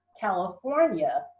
California